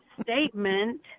statement